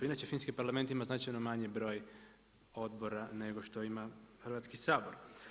Inače Finski parlament ima značajno manji broj odbora nego što ima Hrvatski sabor.